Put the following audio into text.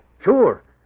Sure